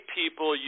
people